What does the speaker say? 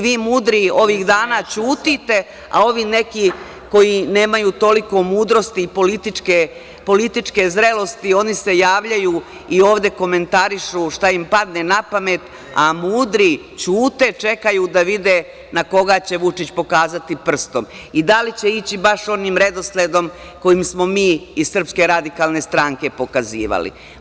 Vi mudri ovih dana ćutite, a ovi neki koji nemaju toliko mudrosti i političke zrelosti, oni se javljaju i ovde komentarišu šta im padne napamet, a mudri ćute, čekaju da vide na koga će Vučić pokazati prstom i da li će ići baš onim redosledom kojim smo mi iz SRS pokazivali.